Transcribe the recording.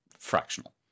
Fractional